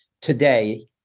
today